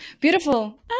Beautiful